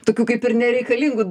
tokių kaip ir nereikalingų